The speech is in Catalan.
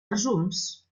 resums